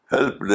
Help